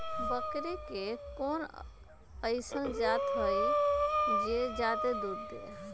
बकरी के कोन अइसन जात हई जे जादे दूध दे?